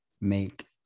make